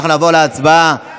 אנחנו עוברים להצבעה.